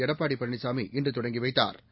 எடப்பாடி பழனிசாமி இன்று தொடங்கி வைத்தாா்